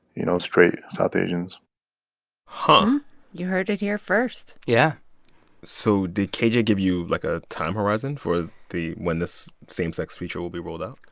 you know, straight south asians huh you heard it here first yeah so did kj give you, like, a time horizon for the when the same-sex feature will be rolled out?